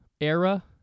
Era